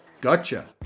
Gotcha